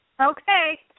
Okay